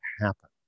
happen